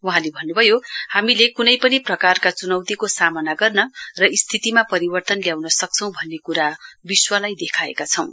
वहाँले भन्नुभयो हामीले कुनै पनि प्रकारका चुनौतीको सामना गर्न र स्थितिमा परिवर्तन ल्याउने सक्छौं भन्ने कुरा विश्वलाई देखाएका छौं